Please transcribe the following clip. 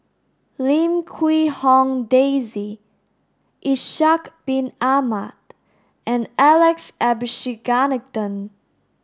Lim Quee Hong Daisy Ishak bin Ahmad and Alex Abisheganaden